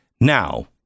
Now